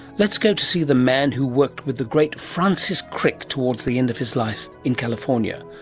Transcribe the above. let's go to see the man who worked with the great francis crick towards the end of his life in california,